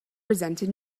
resented